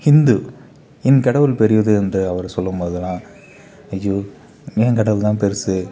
ஹிந்து என் கடவுள் பெரியது என்று அவர் சொல்லும்போதுலாம் ஐயோ என் கடவுள்தான் பெருசு